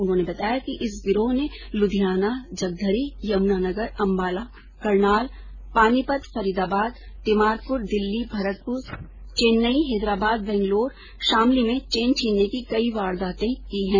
उन्होंने बताया कि इस गिरोह ने लुधियाना जगधरी यमुनानगर अम्बाला करनाल पानीपत फरीदाबाद तीमारपुर दिल्ली भरतपुर चेन्नई हैदराबाद बैंगलोर शामली में चेन छीनने की कई वारदातें की हैं